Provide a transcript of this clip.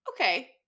Okay